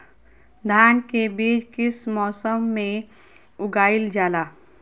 धान के बीज किस मौसम में उगाईल जाला?